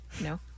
No